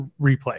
replay